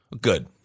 Good